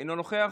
אינו נוכח.